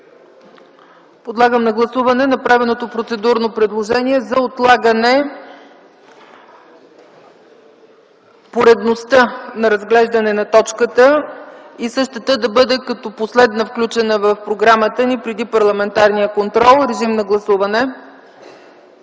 Подлагам на гласуване направеното процедурно предложение за отлагане поредността на разглеждане на точката и същата да бъде като последна, включена в програмата ни преди парламентарния контрол. Гласували